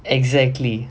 exactly